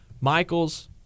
Michaels